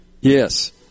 Yes